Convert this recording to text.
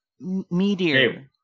meteor